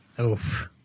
Oof